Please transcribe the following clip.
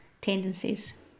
tendencies